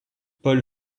paul